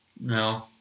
No